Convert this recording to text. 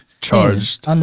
Charged